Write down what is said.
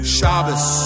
Shabbos